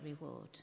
reward